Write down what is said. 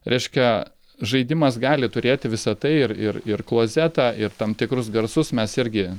reiškia žaidimas gali turėti visa tai ir ir ir klozetą ir tam tikrus garsus mes irgi